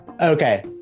Okay